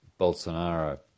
Bolsonaro